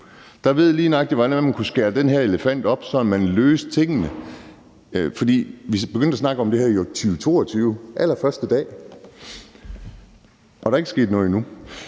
de ved, lige nøjagtig hvordan man kunne skære den her elefant op, sådan at man løste tingene. Vi begyndte at snakke om det her i 2022, den allerførste dag, og der er ikke sket noget endnu.